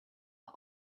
are